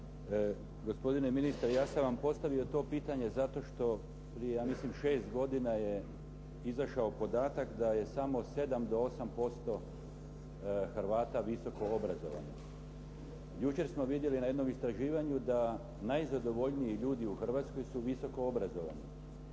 Gospodine ministre, ja sam vam postavio to pitanje zato što, ja mislim, prije 6 godine je izašao podatak da je samo 7 do 8% Hrvata visoko obrazovan. Jučer smo vidjeli na jednom istraživanju da najzadovoljniji ljudi u Hrvatskoj su visoko obrazovani